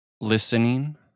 listening